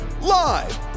live